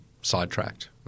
sidetracked